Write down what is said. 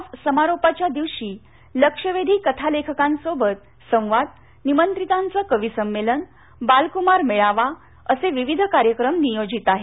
आज समारोपाच्या दिवशी लक्षवेधी कथालेखकांसोबत संवाद निमंत्रितांचे कवीसंमेलन बालक्मार मेळावा असे विविध कार्यक्रम नियोजित आहेत